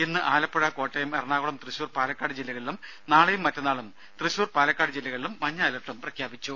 ഇന്ന് ആലപ്പുഴ കോട്ടയം എറണാകുളം തൃശൂർ പാലക്കാട് ജില്ലകളിലും നാളെയും മറ്റന്നാളും തൃശൂർ പാലക്കാട് ജില്ലകളിലും മഞ്ഞ അലർട്ടും പ്രഖ്യാപിച്ചു